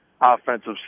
offensive